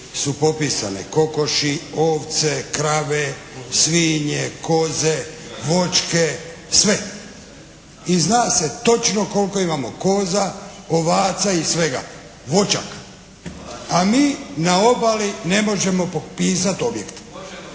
su popisane kokoši, ovce, krave, svinje, koze, voćke, sve i zna se točno koliko imamo koza, ovaca i svega, voćaka, a mi na obali ne možemo popisati objekte.